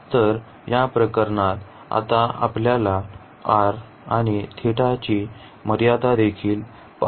तर या प्रकरणात आता आपल्याला r आणि θ ची मर्यादा देखील पहावी लागेल